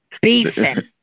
beefing